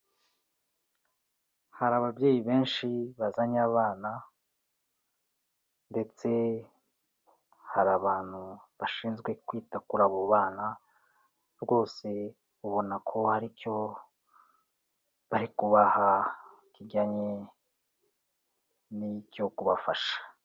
Hari ababyeyi benshi bazanye abana ndetse hari abantu bashinzwe kwita kuri abo bana, rwose ubona ko hari icyo bari kubaha kijyanye n'icyo kubafasha.